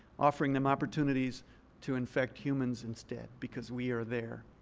offering them opportunities to infect humans instead because we are there.